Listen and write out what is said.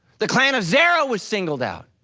the clan of zerah was singled out,